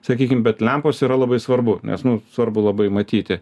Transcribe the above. sakykim bet lempos yra labai svarbu nes nu svarbu labai matyti